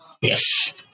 Yes